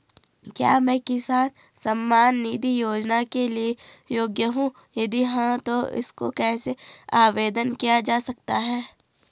क्या मैं किसान सम्मान निधि योजना के लिए योग्य हूँ यदि हाँ तो इसको कैसे आवेदन किया जा सकता है?